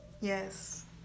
Yes